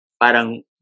parang